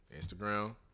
Instagram